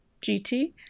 GT